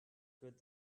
good